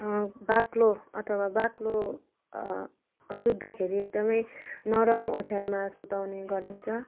बाक्लो अथवा बाक्लो सुत्दाखेरि एकदमै नरम ओछ्यानमा सुताउने गरिन्छ